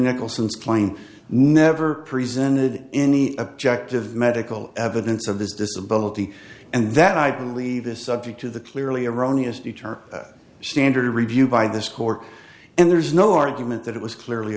nicholson's claim never presented any objective medical evidence of this disability and that i believe this subject to the clearly erroneous deter standard review by this court and there's no argument that it was clearly